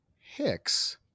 Hicks